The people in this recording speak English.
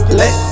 let